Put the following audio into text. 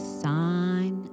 sign